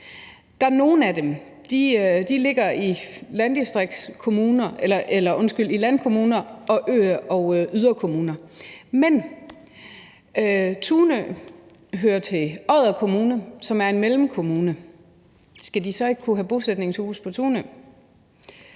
nogle ligger i landkommuner og yderkommuner. Men Tunø hører til Odder Kommune, som er en mellemkommune. Skal de så ikke kunne have bosætningshuse på Tunø?